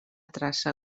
traça